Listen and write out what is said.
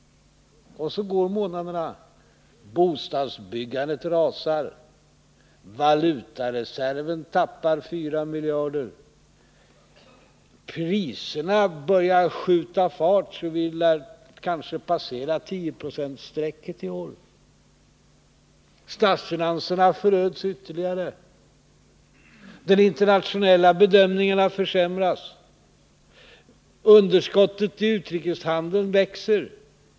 Och så går månaderna. Bostadsbyggandet rasar, valutareserven tappar 4 miljarder, priserna börjar skjuta fart så att vi kanske passerar 10-procentsstrecket i år, statsfinanserna föröds ytterligare, den internationella bedömningen har försämrats, underskottet i utrikeshandeln växer.